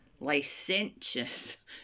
licentious